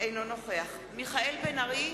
אינו נוכח מיכאל בן-ארי,